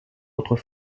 autres